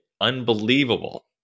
unbelievable